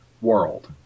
world